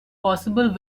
possible